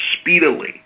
speedily